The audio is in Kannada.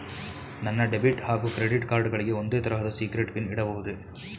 ನನ್ನ ಡೆಬಿಟ್ ಹಾಗೂ ಕ್ರೆಡಿಟ್ ಕಾರ್ಡ್ ಗಳಿಗೆ ಒಂದೇ ತರಹದ ಸೀಕ್ರೇಟ್ ಪಿನ್ ಇಡಬಹುದೇ?